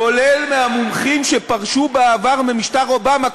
כולל מהמומחים שפרשו בעבר ממשטר אובמה,